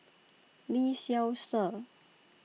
Lee Seow Ser